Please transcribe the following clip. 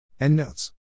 Endnotes